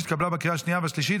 התקבלה בקריאה שנייה והשלישית,